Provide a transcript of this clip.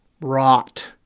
rot